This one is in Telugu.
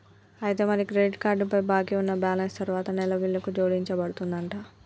అయితే మరి క్రెడిట్ కార్డ్ పై బాకీ ఉన్న బ్యాలెన్స్ తరువాత నెల బిల్లుకు జోడించబడుతుందంట